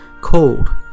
cold